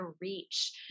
reach